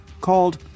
called